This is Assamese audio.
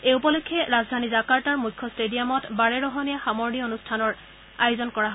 এই উপলক্ষে ৰাজধানী জাকাৰ্টাৰ মুখ্য ষ্টেডিয়ামত বাৰেৰহণীয়া সামৰণি অনুষ্ঠানৰ আয়োজন কৰা হৈছে